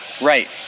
Right